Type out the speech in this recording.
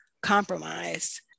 compromise